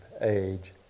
age